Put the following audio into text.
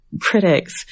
critics